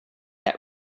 that